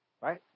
Right